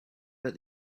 but